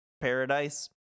paradise